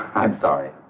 i'm sorry.